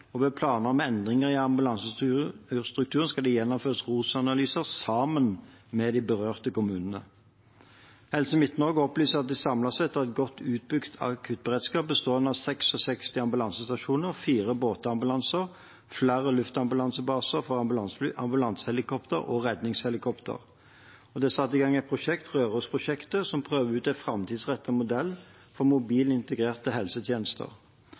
risikostyring. Ved planer om endringer i ambulansestrukturen skal det gjennomføres ROS-analyse sammen med de berørte kommunene. Helse Midt-Norge opplyser at de samlet sett har en godt utbygd akuttberedskap, bestående av 66 ambulansestasjoner, 4 båtambulanser, flere luftambulansebaser for ambulansefly/ambulansehelikopter og redningshelikopter. Det er satt i gang et prosjekt, Rørosprosjektet, som prøver ut en framtidsrettet modell for mobilintegrerte helsetjenester.